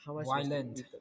violent